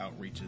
outreaches